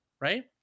right